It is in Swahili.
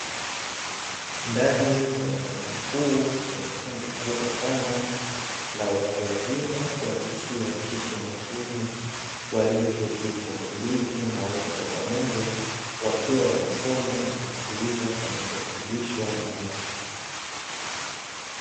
Ndani ya ukumbi huu, kuna kundi kubwa sana la watu wazima wa jinsia ya kike na kiume, walioketi kwa utulivu na wote kwa pamoja wakiwa wanasoma na kusikiliza kinachofundishwa na mtu.